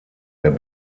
der